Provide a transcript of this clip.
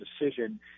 decision